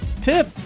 tip